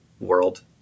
world